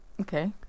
Okay